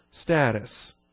status